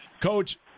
coach